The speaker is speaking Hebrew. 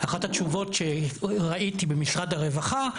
אחת התשובות שראיתי במשרד הרווחה היא